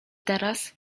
teraz